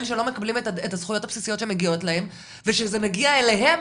שלא מקבלים את הזכויות הבסיסיות שמגיעות להם ושזה מגיע אליהם,